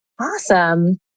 Awesome